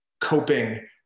coping